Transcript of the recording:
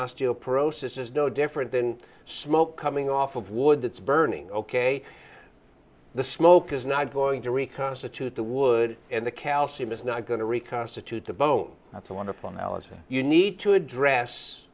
osteoporosis is no different than smoke coming off of wood that's burning ok the smoke is not going to reconstitute the wood and the calcium is not going to reconstitute the bone that's a wonderful analogy you need to address